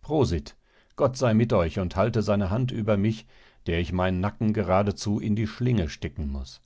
prosit gott sei mit euch und halte seine hand über mich der ich meinen nacken geradezu in die schlinge stecken muß